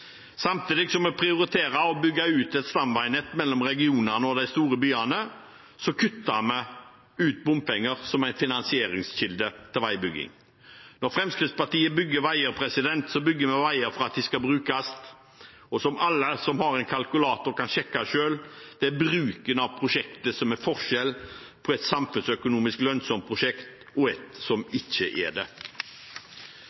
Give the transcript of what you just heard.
Samtidig som vi prioriterer å bygge ut et stamveinett mellom regionene og de store byene, kutter vi ut bompenger som en finansieringskilde til veibygging. Når Fremskrittspartiet bygger veier, bygger vi veier for at de skal brukes. Og som alle som har en kalkulator, selv kan sjekke: Det er bruken av prosjektet som er forskjellen på et samfunnsøkonomisk lønnsomt prosjekt og et som